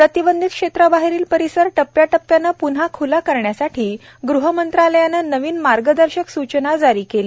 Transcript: प्रतिबंधित क्षेत्राबाहेरील परिसर टप्प्याटप्प्याने पुन्हा ख्ला करण्यासाठी गृह मंत्रालयाने नवीन मार्गदर्शक सूचना जारी केल्या